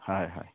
হয় হয়